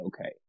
okay